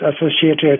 associated